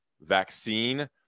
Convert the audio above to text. vaccine